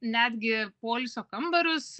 netgi poilsio kambarius